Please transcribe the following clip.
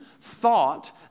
thought